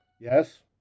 Yes